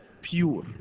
pure